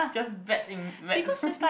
just bad in maths